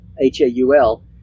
H-A-U-L